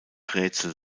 rätsel